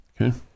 Okay